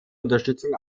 unterstützung